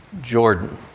Jordan